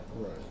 Right